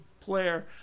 player